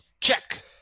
check